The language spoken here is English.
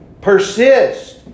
Persist